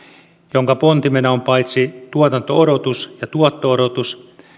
jonka pontimena on paitsi tuotanto odotus ja tuotto odotus